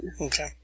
Okay